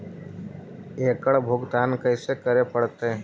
एकड़ भुगतान कैसे करे पड़हई?